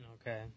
Okay